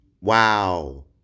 wow